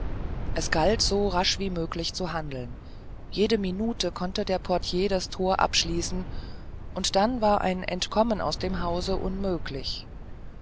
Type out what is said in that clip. es galt so rasch wie möglich zu handeln jede minute konnte der portier das tor abschließen und dann war ein entkommen aus dem hause unmöglich